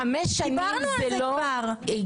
חמש שנים זה לא הגיוני,